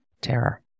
terror